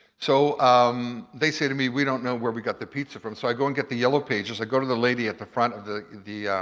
so um they say to me, we don't know where we got the pizza from. so i go and get the yellow pages, i go to the lady at the front of the recording